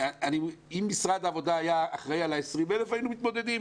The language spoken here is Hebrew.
אם משרד העבדה היה אחראי על ה-20,000 היינו מתמודדים.